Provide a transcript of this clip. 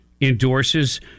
endorses